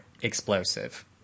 explosive